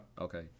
Okay